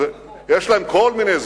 יש להם כל מיני הסברים,